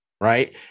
right